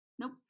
Nope